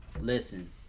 listen